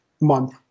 month